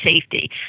safety